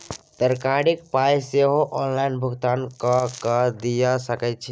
तरकारीक पाय सेहो ऑनलाइन भुगतान कए कय दए सकैत छी